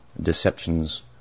Deceptions